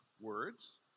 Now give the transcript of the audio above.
words